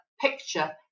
picture